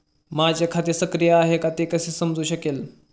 माझे खाते सक्रिय आहे का ते कसे समजू शकेल?